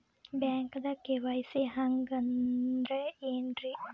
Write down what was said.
ಬ್ಯಾಂಕ್ದಾಗ ಕೆ.ವೈ.ಸಿ ಹಂಗ್ ಅಂದ್ರೆ ಏನ್ರೀ?